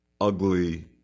ugly